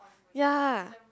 ya